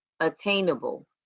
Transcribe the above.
Attainable